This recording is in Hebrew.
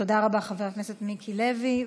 תודה רבה, חבר הכנסת מיקי לוי.